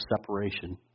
separation